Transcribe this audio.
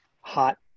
hot